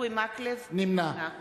נמנע